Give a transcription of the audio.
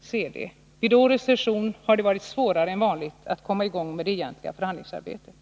CD. Vid årets session har det varit svårare än vanligt att komma i gång med det egentliga förhandlingsarbetet.